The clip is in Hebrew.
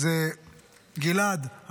אז גלעד,